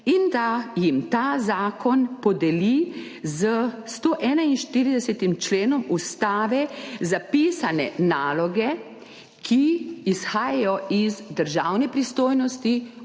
in da jim ta zakon podeli z 141. členom Ustave zapisane naloge, ki izhajajo iz državne pristojnosti,